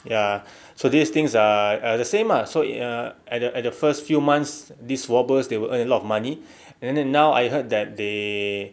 ya so these things are are the same ah so at the at the first few months these swabbers they will earn a lot of money and then now I heard that they